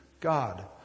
God